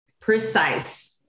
precise